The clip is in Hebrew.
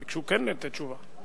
הם ביקשו כן לתת תשובות.